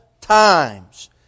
times